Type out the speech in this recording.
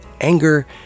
anger